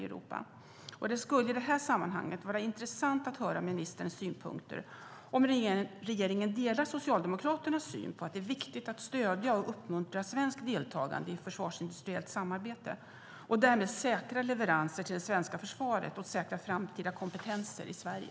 Det skulle i detta sammanhang vara intressant att höra ministerns synpunkter på om regeringen delar Socialdemokraternas syn på att det är viktigt att stödja och uppmuntra svenskt deltagande i försvarsindustriellt samarbete och därmed säkra leveranser till det svenska försvaret och säkra framtida kompetenser i Sverige.